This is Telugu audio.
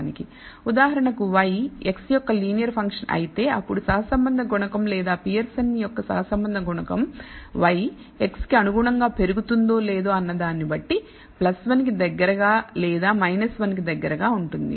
ఉదాహరణకు y x యొక్క లీనియర్ ఫంక్షన్ అయితే అప్పుడు సహసంబంధ గుణకం లేదా పియర్సన్ యొక్క సహసంబంధ గుణకం y x కి అనుగుణంగా గా పెరుగుతుందో లేదో అన్న దాన్ని బట్టి 1 కి దగ్గరగా లేదా 1 కి దగ్గరగా ఉంటుంది